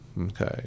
Okay